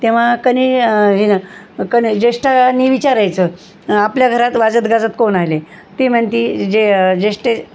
तेव्हा कने हेनं कोणी जेष्ठानी विचारायचं आपल्या घरात वाजत गजत कोण आले ती म्हणती जे जेष्ठे